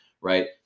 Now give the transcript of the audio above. right